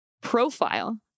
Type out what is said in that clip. profile